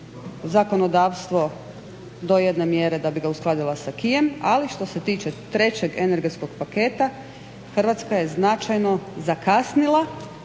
zakonodavstvo do jedne mjere da bi ga uskladila s acquisem, ali što se tiče trećeg energetskog paketa Hrvatska je značajno zakasnila